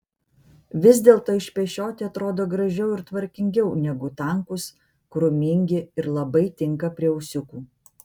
vis dėlto išpešioti atrodo gražiau ir tvarkingiau negu tankūs krūmingi ir labai tinka prie ūsiukų